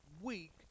week